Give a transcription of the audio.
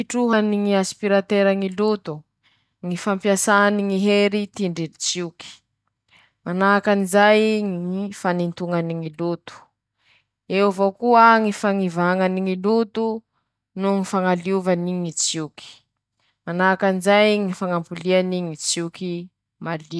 Fomba famokarany ñy trompety ñy feony<ptoa>: -Fampilirany ñy tsioky aminy ñy valva, -Vibration aminy ñy valva, -Misy koa ñy fiovany ñy rivotsy, añatiny ñy horne ao, -Farany ñy fampiasany ñy tsioke noho ñy fomba fandefasany feo.